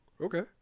okay